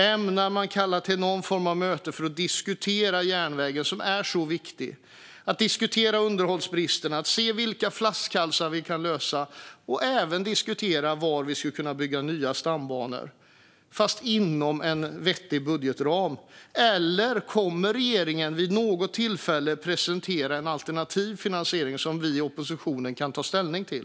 Ämnar han kalla till någon form av möte för att diskutera den viktiga järnvägen, underhållsbristerna, lösandet av flaskhalsar och var det kan byggas nya stambanor inom en vettig budgetram? Eller kommer regeringen vid något tillfälle att presentera en alternativ finansiering som vi i oppositionen kan ta ställning till?